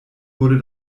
wurde